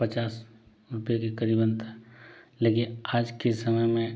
पचास रुपए के क़रीबन था लेकिन आज के समय में